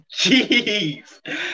Jeez